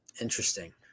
Interesting